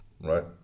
right